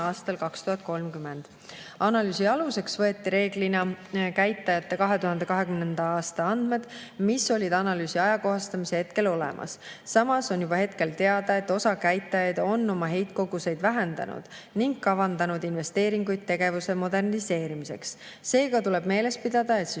aastal 2030. Analüüsi aluseks võeti reeglina käitajate 2020. aasta andmed, mis olid analüüsi ajakohastamise hetkel olemas. Samas on juba hetkel teada, et osa käitajaid on oma heitkoguseid vähendanud ning kavandanud investeeringuid tegevuse moderniseerimiseks. Seega tuleb meeles pidada, et